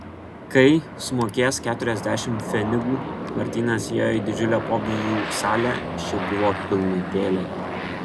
kai sumokėjęs keturiasdešimt pfenigų martynas įėjo į didžiulę pobūvių salę ši buvo pilnutėlė